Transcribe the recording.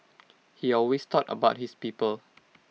he always thought about his people